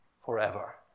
forever